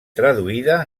traduïda